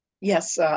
Yes